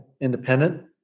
independent